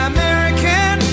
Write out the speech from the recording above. American